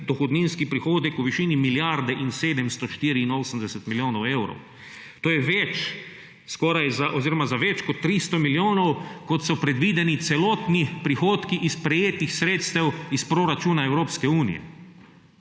dohodninski prihodek v višini milijarde in 784 milijonov evrov, to je za več kot 300 milijonov, kot so predvideni celotni prihodki iz prejetih sredstev iz proračuna Evropske unije.